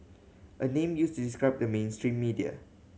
a name used to describe the mainstream media